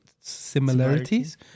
Similarities